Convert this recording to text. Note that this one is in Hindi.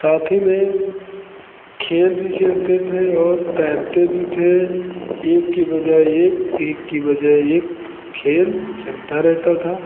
साथ ही में खेल भी खेलते थे और तैरते भी थे एक की बजाय एक एक की बजाय एक खेल चलता रहता था